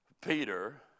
Peter